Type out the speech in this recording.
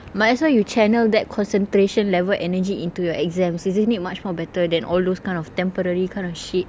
might as well you channel that concentration level energy into your exams isn't it much more better than all those kind of temporary kind of shit